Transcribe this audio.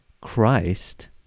christ